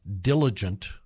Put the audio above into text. diligent